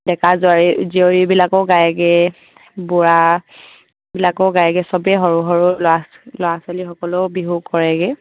ডেকা জোৱাৰী জীয়ৰীবিলাকো গায়গে বুঢ়াবিলাকো গায়গে চবেই সৰু সৰু ল'ৰা ল'ৰা ছোৱালীসকলেও বিহু কৰেগে